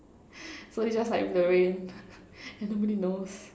so it's just like the rain and nobody knows